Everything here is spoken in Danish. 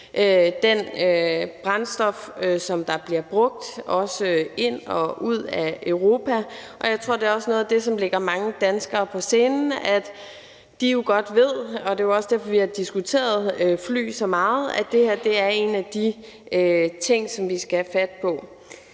det brændstof, som bliver brugt på rejser ind og ud af Europa. Jeg tror, at det også er noget af det, som ligger mange danskere på sinde. De ved jo godt – det er også derfor, vi har diskuteret fly så meget – at det her er en af de ting, som vi skal have fat i.